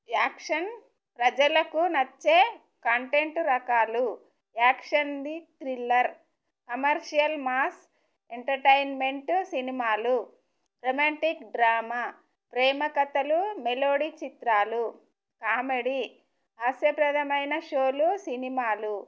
action ప్రజలకు నచ్చే content రకాలు యాక్షన్ ది థ్రిల్లర్ కమర్షియల్ మాస్ ఎంటర్టైన్మెంట్ సినిమాలు రొమాంటిక్ డ్రామా ప్రేమకథలు మెలోడీ చిత్రాలు కామెడీ హాస్యప్రదమైన షోలు సినిమాలు